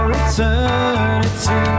eternity